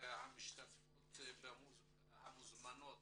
המשתתפות המוזמנות